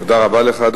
אדוני, תודה רבה לך.